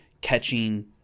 catching